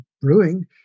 brewing